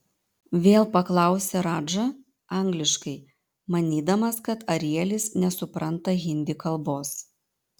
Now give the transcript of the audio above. vėl paklausė radža angliškai manydamas kad arielis nesupranta hindi kalbos